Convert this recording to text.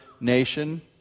nation